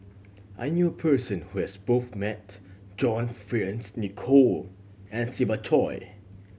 I knew person who has both met John Fearns Nicoll and Siva Choy